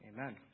Amen